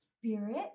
spirit